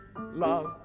love